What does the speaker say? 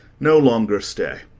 no longer stay.